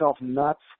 nuts